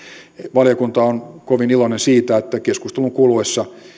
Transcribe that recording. valiokunta on kovin iloinen siitä että keskustelun kuluessa